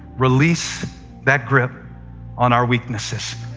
release that grip on our weaknesses,